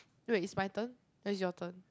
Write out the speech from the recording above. wait is my turn no is your turn